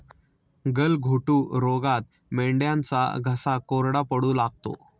गलघोटू रोगात मेंढ्यांचा घसा कोरडा पडू लागतो